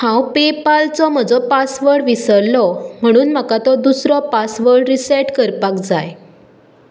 हांव पेपालचो म्हजो पासवर्ड विसरलो म्हणून म्हाका तो दुसरो पासवड रिसॅट करपाक जाय